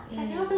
mm